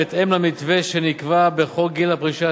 בהתאם למתווה שנקבע בחוק גיל פרישה,